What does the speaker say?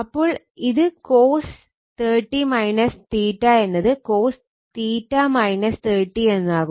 അപ്പോൾ ഇത് cos എന്നത് cos എന്നാകും